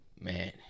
man